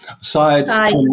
aside